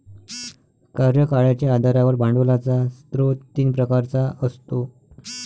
कार्यकाळाच्या आधारावर भांडवलाचा स्रोत तीन प्रकारचा असतो